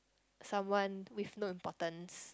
someone with no importance